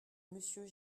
monsieur